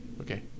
Okay